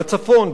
בצפון,